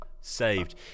saved